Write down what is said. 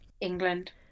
England